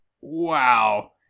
Wow